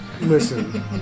Listen